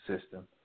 system